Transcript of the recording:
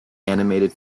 animated